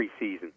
preseason